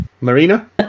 Marina